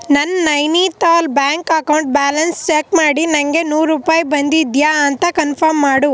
ನನ್ನ Nainital bank account balance check ಮಾಡಿ ನನಗೆ ನೂರು ರೂಪಾಯಿ ಬಂದಿದೆಯಾ ಅಂತ ಕನ್ಫಮ್ ಮಾಡು